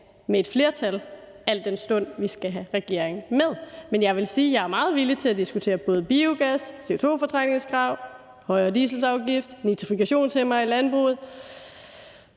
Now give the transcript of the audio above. med et flertal, al den stund at vi skal have regeringen med. Men jeg vil sige, at jeg er meget villig til at diskutere både biogas, CO2-fortrængningskrav, højere dieselafgift, nitrifikationshæmmere i landbruget